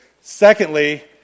Secondly